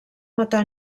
matar